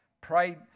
Pray